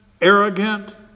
arrogant